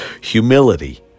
humility